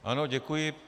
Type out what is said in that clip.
Ano, děkuji.